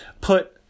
put